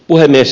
puhemies